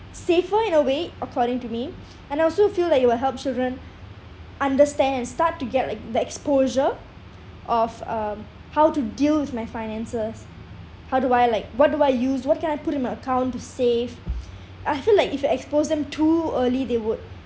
safer in a way according to me and I also feel that it will help children understand and start to get like the exposure of um how to deal with my finances how do I like what do I use what can I put in my account to save I feel like if you expose them too early they would